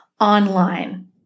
online